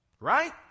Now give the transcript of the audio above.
right